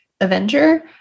Avenger